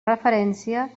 referència